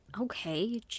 Okay